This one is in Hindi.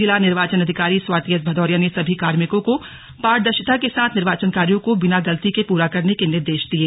जिला निर्वाचन अधिकारी स्वाति एस भदौरिया ने सभी कार्मिकों को पारदर्शिता के साथ निर्वाचन कार्यों को बिना गलती के पूरा करने के निर्देश दिये